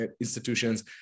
institutions